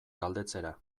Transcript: galdetzera